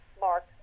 Mark